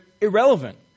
irrelevant